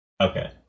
okay